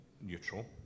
neutral